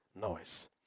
noise